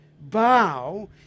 Bow